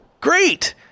great